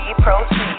Protein